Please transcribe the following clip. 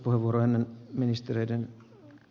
ärade talman